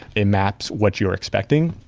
it maps what you're expecting.